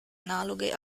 analoghe